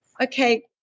okay